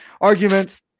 arguments